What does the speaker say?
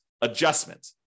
adjustment